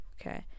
Okay